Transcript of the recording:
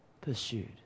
pursued